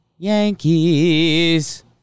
Yankees